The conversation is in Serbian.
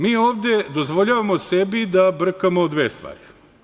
Mi ovde dozvoljavamo sebi da brkamo dve stvari.